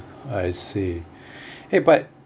I see eh but